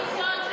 ביום ראשון,